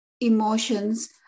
emotions